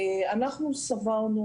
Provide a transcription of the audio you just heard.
אנחנו סברנו